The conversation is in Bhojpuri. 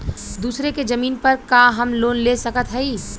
दूसरे के जमीन पर का हम लोन ले सकत हई?